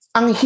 Ang